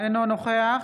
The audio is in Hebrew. אינו נוכח